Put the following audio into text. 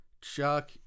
Chuck